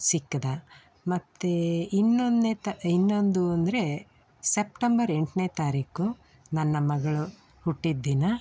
ಸಿಕ್ಕಿದ ಮತ್ತು ಇನ್ನೊಂದನೇ ತಾ ಇನ್ನೊಂದು ಅಂದರೆ ಸೆಪ್ಟಂಬರ್ ಎಂಟನೇ ತಾರೀಕು ನನ್ನ ಮಗಳು ಹುಟ್ಟಿದ ದಿನ